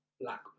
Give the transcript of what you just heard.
black